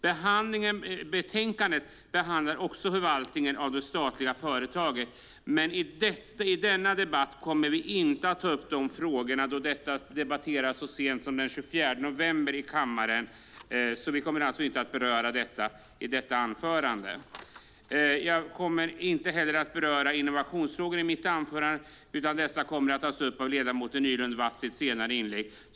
Betänkandet behandlar också förvaltningen av de statliga företagen, men i denna debatt kommer vi inte att ta upp de frågorna, då detta debatterades så sent som den 24 november i kammaren. Jag kommer inte att beröra det i detta anförande. Jag kommer inte heller att beröra innovationsfrågor i mitt anförande, utan dessa kommer att tas upp av ledamoten Nylund Watz i ett senare inlägg.